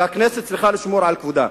והכנסת צריכה לשמור על כבודה.